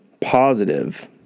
positive